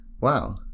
wow